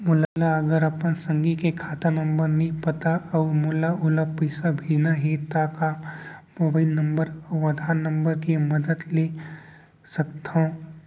मोला अगर अपन संगी के खाता नंबर नहीं पता अऊ मोला ओला पइसा भेजना हे ता का मोबाईल नंबर अऊ आधार नंबर के मदद ले सकथव?